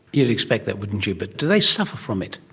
you'd expect that, wouldn't you, but do they suffer from it?